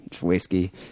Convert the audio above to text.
whiskey